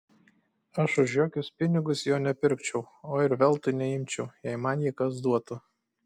aš už jokius pinigus jo nepirkčiau o ir veltui neimčiau jei man jį kas duotų